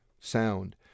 sound